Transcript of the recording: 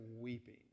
weeping